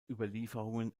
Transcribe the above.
überlieferungen